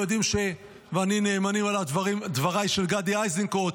נאמנים עליי דבריו של גדי איזנקוט,